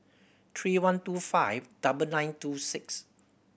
three one two five double nine two six